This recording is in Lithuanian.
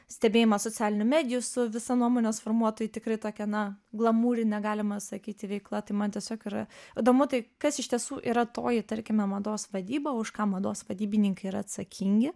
stebėjimas socialinių medijų su visa nuomonės formuotojų tikrai tokia na glamūrine galima sakyti veikla tai man tiesiog yra įdomu tai kas iš tiesų yra toji tarkime mados vadyba už ką mados vadybininkai yra atsakingi